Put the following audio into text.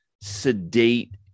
sedate